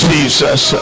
Jesus